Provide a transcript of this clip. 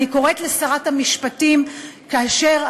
אני קוראת לשרת המשפטים המיועדת,